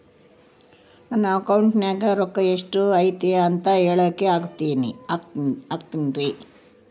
ನನ್ನ ಅಕೌಂಟಿನ್ಯಾಗ ರೊಕ್ಕ ಎಷ್ಟು ಐತಿ ಅಂತ ಹೇಳಕ ಆಗುತ್ತೆನ್ರಿ?